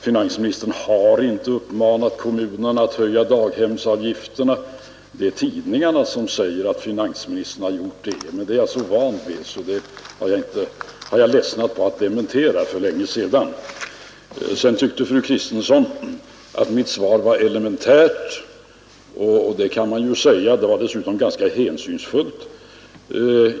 Finansministern har inte uppmanat kommunerna att höja daghemsavgifterna. Det är tidningarna som säger att finansministern har gjort det. Men sådant är jag så van vid att jag för länge sedan har ledsnat på att dementera det. Sedan tyckte fru Kristensson att mitt svar var elementärt, och det kan man ju säga. Det var dessutom ganska hänsynsfullt.